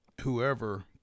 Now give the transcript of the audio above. whoever